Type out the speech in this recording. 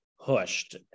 Pushed